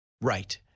Right